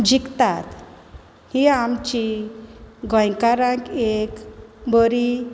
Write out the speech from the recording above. जिखतात ही आमची गोंयकारांक एक बरी